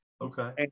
Okay